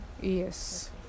yes